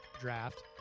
draft